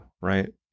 right